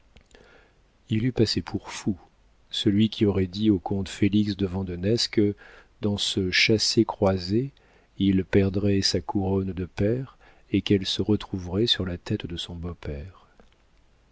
il eût passé pour fou celui qui aurait dit au comte félix de vandenesse que dans ce chassez-croisez il perdrait sa couronne de pair et qu'elle se retrouverait sur la tête de son beau-père